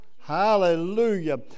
hallelujah